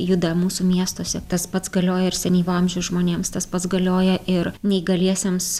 juda mūsų miestuose tas pats galioja ir senyvo amžiaus žmonėms tas pats galioja ir neįgaliesiems